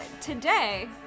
today